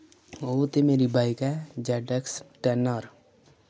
ओह् ते मेरी bike A Z X ten R